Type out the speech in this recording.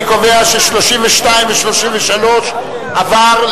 אני קובע ש-32 ו-33 עברו,